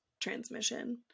transmission